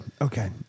Okay